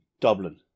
Dublin